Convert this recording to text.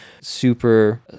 super